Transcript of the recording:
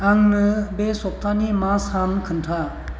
आंनो बे सप्ताहनि मा सान खोन्था